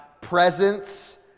presence